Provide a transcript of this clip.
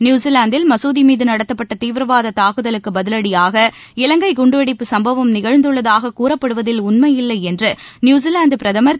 நியூஸிலாந்தில் மசூதி மீது நடத்தப்பட்ட தீவிரவாத தாக்குதலுக்கு பதிஷடயாக இலங்கை குண்டுவெடிப்பு சம்பவம் நிகழ்ந்துள்ளதாக கூறப்படுவதில் உண்மையில்லை என்று நியூஸிலாந்து பிரதமர் திரு